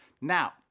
Now